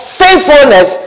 faithfulness